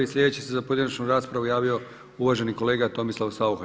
Sljedeći se za pojedinačnu raspravu javio uvaženi kolega Tomislav Saucha.